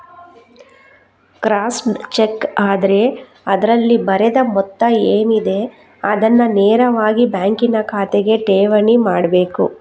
crossed cheque ಆದ್ರೆ ಅದ್ರಲ್ಲಿ ಬರೆದ ಮೊತ್ತ ಏನಿದೆ ಅದನ್ನ ನೇರವಾಗಿ ಬ್ಯಾಂಕಿನ ಖಾತೆಗೆ ಠೇವಣಿ ಮಾಡ್ಬೇಕು